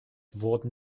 wurden